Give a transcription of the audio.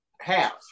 half